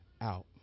out